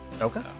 Okay